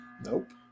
Nope